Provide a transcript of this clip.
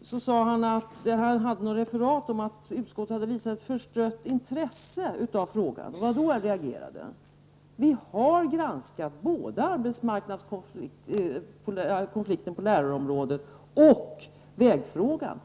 att han hade sett något referat om att utskottet hade visat ett förstrött intresse för frågan. Det var då jag reagerade. Vi har granskat både konflikten på lärarområdet och vägfrågan.